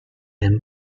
him